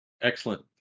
Excellent